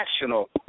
National